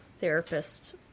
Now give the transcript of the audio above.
therapist